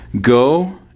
Go